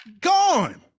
Gone